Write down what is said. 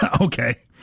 Okay